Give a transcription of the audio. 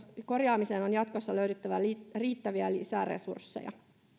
korjaamiseen on jatkossa löydettävä riittäviä lisäresursseja